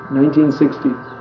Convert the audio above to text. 1960s